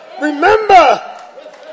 remember